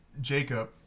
Jacob